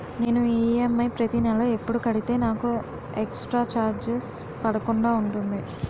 నేను ఈ.ఎం.ఐ ప్రతి నెల ఎపుడు కడితే నాకు ఎక్స్ స్త్ర చార్జెస్ పడకుండా ఉంటుంది?